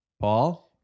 Paul